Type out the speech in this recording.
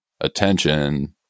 attention